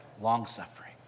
long-suffering